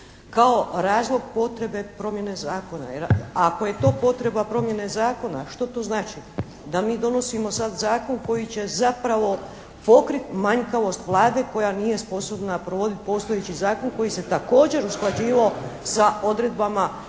kao razlog potrebe promjene zakona. Jer ako je to potreba promjene zakona, što to znači? Da mi donosimo sada zakon koji će zapravo pokriti manjkavost Vlade koja nije sposobna provoditi postojeći zakon koji se također usklađivao sa odredbama